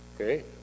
okay